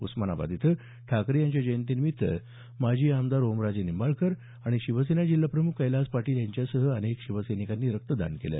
उस्मानाबाद इथं ठाकरे यांच्या जयंती निमित्त माजी आमदार ओमराजे निंबाळकर आणि शिवसेना जिल्हाप्रमुख कैलास पाटील यांच्यासह अनेक शिवसैनिकांनी रक्तदान केलं